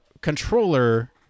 controller